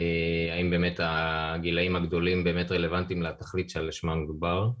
האם באמת הגילאים הגדולים באמת רלוונטיים לתכלית שלשמה מדובר.